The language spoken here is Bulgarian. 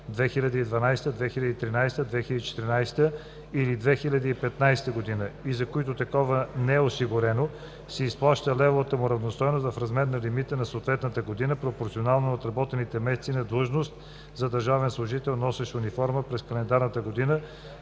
2012 г., 2013 г., 2014 г. или 2015 г. и за които такова не е осигурено, се изплаща левовата му равностойност в размер на лимита за съответната година, пропорционално на отработените месеци на длъжност за държавен служител, носещ униформа през календарната година,